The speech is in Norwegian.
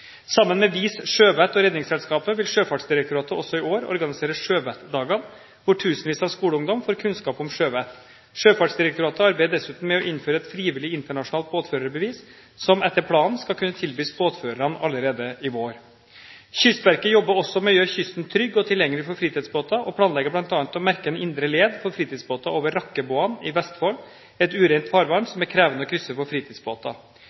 Sammen med Vis Sjøvett og Redningsselskapet vil Sjøfartsdirektoratet også i år organisere Sjøvettdagene, der tusenvis av skoleungdommer får kunnskap om sjøvett. Sjøfartsdirektoratet arbeider dessuten med å innføre et frivillig internasjonalt båtførerbevis, som etter planen skal kunne tilbys båtførerne allerede i vår. Kystverket jobber også med å gjøre kysten trygg og tilgjengelig for fritidsbåter og planlegger bl.a. å merke en indre led for fritidsbåter over Rakkebåene i Vestfold, et urent farvann som er krevende å krysse for fritidsbåter.